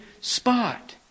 spot